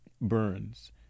Burns